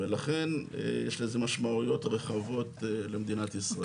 ולכן, יש לזה משמעויות רחבות למדינת ישראל.